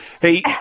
Hey